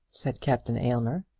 said captain aylmer.